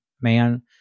man